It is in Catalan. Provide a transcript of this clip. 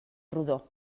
rodó